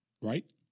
right